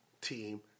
team